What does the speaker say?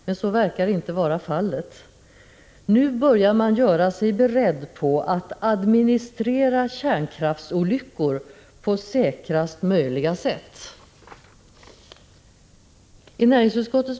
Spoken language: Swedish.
Men så verkar inte vara fallet. Nu börjar man göra sig beredd på att administrera kärnkraftsolyckor på säkraste möjliga sätt.